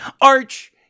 Arch